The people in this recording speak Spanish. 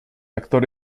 actor